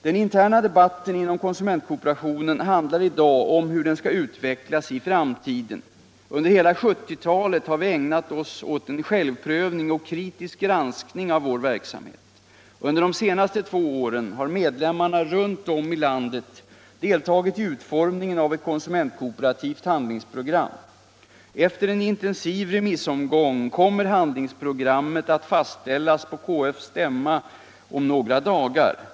Den interna debatten inom konsumentkooperationen handlar i dag om hur den skall utvecklas i framtiden. Under hela 1970-talet har vi ägnat oss åt en självprövning och kritisk granskning av vår verksamhet. Under de senaste två åren har medlemmarna runt om i landet deltagit i utformningen av ett konsumentkooperativt handlingsprogram. Efter en intensiv remissomgång kommer handlingsprogrammet att fastställas på KF:s stämma om några dagar.